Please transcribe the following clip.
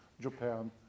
Japan